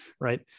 right